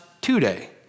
today